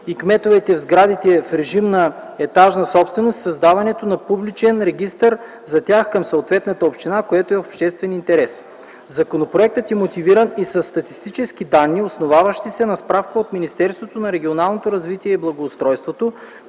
и кметовете в сградите в режим на етажна собственост и създаването на публичен регистър за тях към съответната община, което е в обществен интерес. Законопроектът е мотивиран и със статистически данни, основаващи се на справка от Министерството на регионалното развитие и благоустройството,